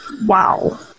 Wow